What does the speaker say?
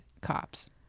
cops